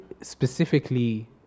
specifically